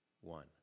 One